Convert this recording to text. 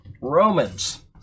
Romans